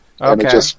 Okay